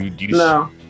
No